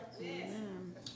Amen